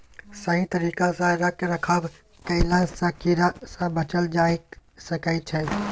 सही तरिका सँ रख रखाव कएला सँ कीड़ा सँ बचल जाए सकई छै